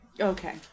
Okay